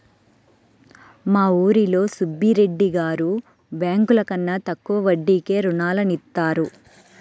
మా ఊరిలో సుబ్బిరెడ్డి గారు బ్యేంకుల కన్నా తక్కువ వడ్డీకే రుణాలనిత్తారు